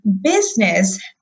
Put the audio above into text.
Business